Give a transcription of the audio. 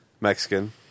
Mexican